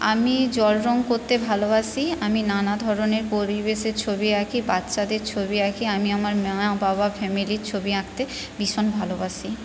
আমি জল রং করতে ভালোবাসি আমি নানা ধরনের পরিবেশের ছবি আঁকি বাচ্চাদের ছবি আঁকি আমি আমার মা বাবা ফ্যামিলির ছবি আঁকতে ভীষণ ভালোবাসি